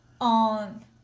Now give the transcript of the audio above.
on